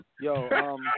Yo